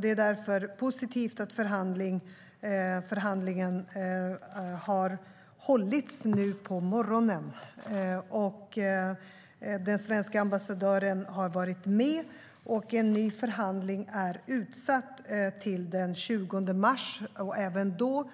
Det är därför positivt att förhandlingen har hållits nu på morgonen. Den svenska ambassadören har varit med, och en ny förhandling är utsatt till den 7 april. Även då